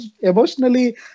emotionally